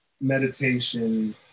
meditation